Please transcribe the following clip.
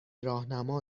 راهنما